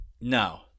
Now